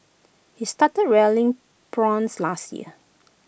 he started rearing prawns last year